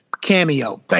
cameo